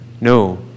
No